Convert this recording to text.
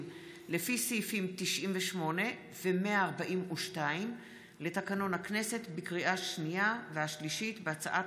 לפי סעיפים 98 ו-142 לתקנון הכנסת בקריאה השנייה והשלישית בהצעת